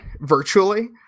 virtually